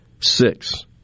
six